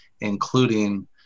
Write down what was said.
including